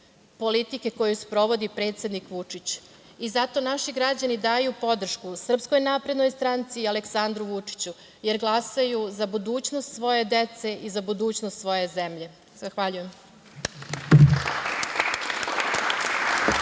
politike koju sprovodi predsednik Vučić. I zato naši građani daju podršku SNS i Aleksandru Vučiću, jer glasaju za budućnost svoje dece i za budućnost svoje zemlje. Zahvaljujem.